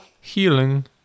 Healing